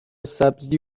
سبزی